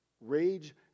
rage